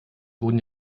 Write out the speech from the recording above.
wurden